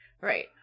Right